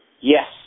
Yes